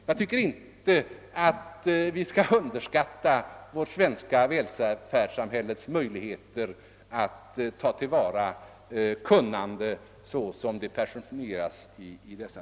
Jag tycker inte att vi skall underskatta vårt svenska välfärdssamhälles möjligheter att ta till vara det kunnande som dessa personer representerar.